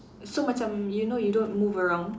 so macam you know you don't move around